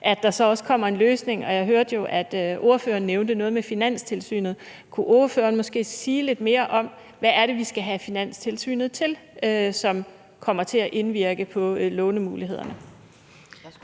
at der så også kommer en løsning. Jeg hørte ordføreren nævne noget med Finanstilsynet, kunne ordføreren måske sige lidt mere om, hvad vi skal have Finanstilsynet til at gøre, som vil komme til at indvirke på lånemulighederne?